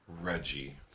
Reggie